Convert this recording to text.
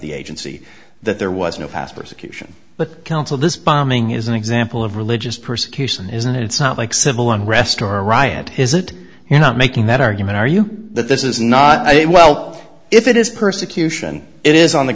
the agency that there was no pastor's occasion but counsel this bombing is an example of religious persecution isn't it's not like civil unrest or a riot is it you're not making that argument are you that this is not a well if it is persecution it is on the